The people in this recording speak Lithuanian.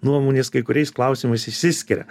nuomonės kai kuriais klausimais išsiskiria